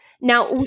Now